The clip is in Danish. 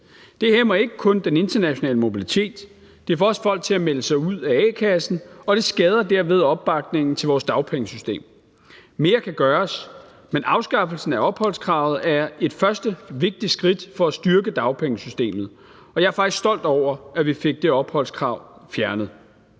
Det hæmmer ikke kun den internationale mobilitet, det får også folk til at melde sig ud af a-kassen, og det skader dermed opbakningen til vores dagpengesystem. Mere kan gøres, men afskaffelsen af opholdskravet er et første vigtigt skridt for at styrke dagpengesystemet. Og jeg er faktisk stolt over, at vi fik det opholdskrav fjernet.